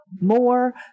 more